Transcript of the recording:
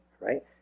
right